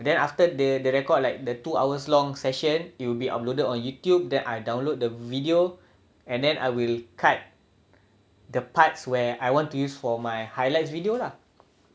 and then after the record like the two hours long session it will be uploaded on youtube then I download the video and then I will cut the parts where I want to use for my highlights video lah